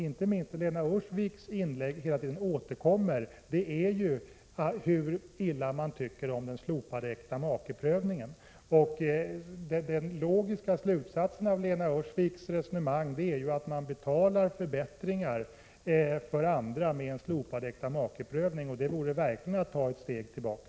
Inte minst Lena Öhrsvik återkom hela tiden i sitt inlägg till hur illa socialdemokraterna tycker om den slopade äktamakeprövningen. Den logiska slutsatsen av hennes resonemang är att förbättringar för andra betalas med en slopad äktamakeprövning, och det vore verkligen att ta ett steg tillbaka.